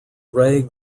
ray